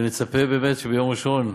נצפה באמת שביום ראשון,